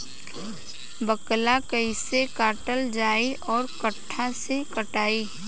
बाकला कईसे काटल जाई औरो कट्ठा से कटाई?